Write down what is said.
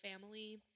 family